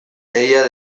ella